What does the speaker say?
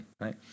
right